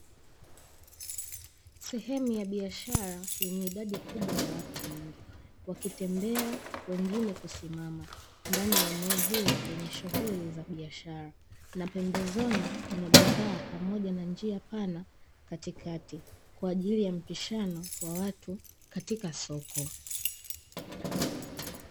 Sehemu ya biashara yenye idadi kubwa ya watu wengi, wakitembea, wengine kusimama ndani ya eneo hili lenye shughuli ya biashara na pembezoni kuna bidhaa pamoja na njia pana katikati kwa ajili mpishano wa watu katika soko.